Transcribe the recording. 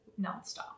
nonstop